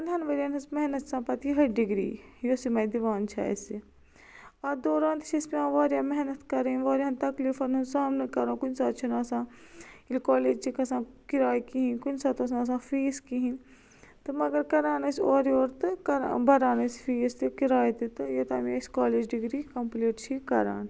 پندہن ورین ہِنٛز محنت چھِ اسان پتہٕ یِہی ڈِگری یُس یِمی دِوان چھِ اسہِ اتھ دوران تہِ چھُ پیوان اسہِ واریاہ محنت کرِن واریاہن تکلِیفن ہنٛد سامنہٕ کرُن کُنۍ ساتہِ چھِ نہ آسان ییٚلہِ کالیج چھِ گژھان کِراے کِہیٚن کُنۍ ساتہٕ اوس نہ آسان فیس کِہیٚن تہٕ مگر کران ٲسۍ اورِ یورٕ تہٕ بران أسۍ فیس تہِ کِرایے تہِ تہٕ یۄتام یہ أسۍ کالیج ڈِگری کمپٕلیٹ چھِ کران